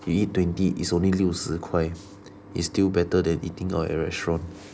if you eat twenty is only 六十块 is still better than eating out at restaurant